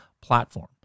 platform